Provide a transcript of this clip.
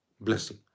blessing